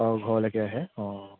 অঁ ঘৰলৈকে আহে অঁ